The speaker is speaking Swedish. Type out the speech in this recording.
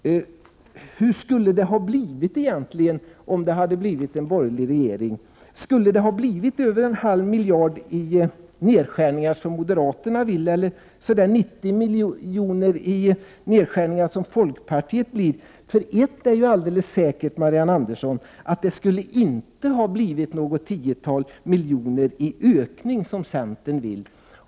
Hur skulle det ha blivit egentligen, om det hade blivit en borgerlig regering? Skulle det ha blivit över en halv miljard i nedskärningar, som moderaterna vill? Eller skulle det ha blivit 90 miljoner i nedskärningar, som folkpartiet vill? Ett är säkert, Marianne Andersson, att det inte skulle ha blivit något tiotal miljoner i ökning, som centern vill.